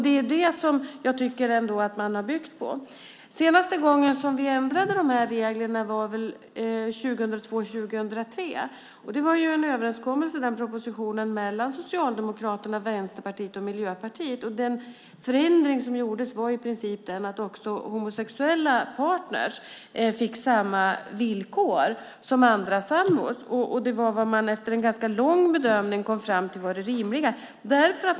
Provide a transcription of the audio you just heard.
Det är det som man har byggt på. Senaste gång som vi ändrade reglerna var 2003. Det var efter en överenskommelse i en proposition mellan Socialdemokraterna, Vänsterpartiet och Miljöpartiet. Den förändring som gjordes var i princip att homosexuella partner fick samma villkor som andra sambor. Det var vad man efter en ganska lång bedömning kom fram till var det rimliga.